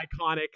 iconic